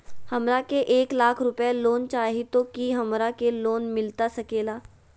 हमरा के एक लाख रुपए लोन चाही तो की हमरा के लोन मिलता सकेला?